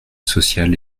sociale